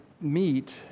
meet